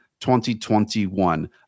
2021